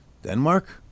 Denmark